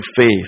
faith